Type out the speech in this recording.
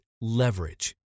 leverage